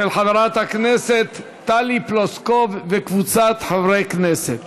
של חברת הכנסת טלי פלוסקוב וקבוצת חברי כנסת.